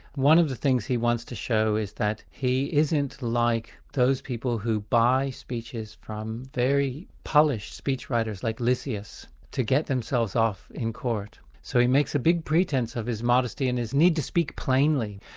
one of the things he wants to show is that he isn't like those people who buy speeches from very polished speechwriters, like lyceus, to get themselves off in court. so he makes a big pretence of his modesty and his need to speak plainly.